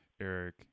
Eric